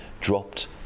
dropped